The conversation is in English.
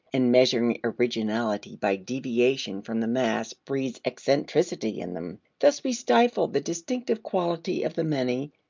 and measuring originality by deviation from the mass breeds eccentricity in them. thus we stifle the distinctive quality of the many,